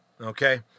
okay